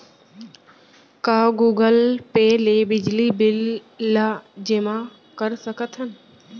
का Google Pay ले बिजली बिल ल जेमा कर सकथन?